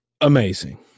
amazing